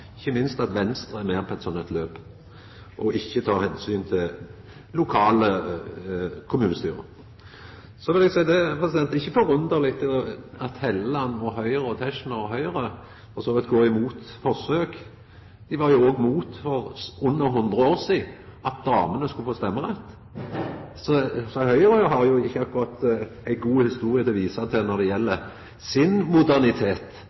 ikkje minst at Venstre er med på eit slikt løp og ikkje tek omsyn til lokale kommunestyre. Så vil eg seia at det er ikkje forunderleg at Helleland, Tetzschner og Høgre for så vidt går imot forsøk. Dei var jo for under hundre år sidan òg mot at damene skulle få stemmerett, så Høgre har jo ikkje akkurat ei god historie å visa til når det gjeld modernitet.